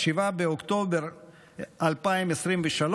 7 באוקטובר 2023,